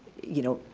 you know,